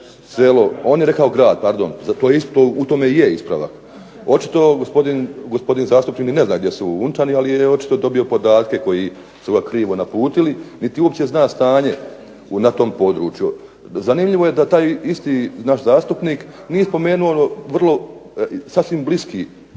on je rekao grad pardon, za to isto, u tome i je ispravak. Očito gosopdin zastupnik ni ne zna gdje su Unčani, ali je očito dobio podatke koji su ga krivo naputili, niti uopće zna stanje na tom području. Zanimljivo je da taj isti naš zastupnik nije spomenuo ono vrlo, sasvim blisku